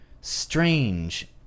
strange